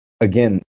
again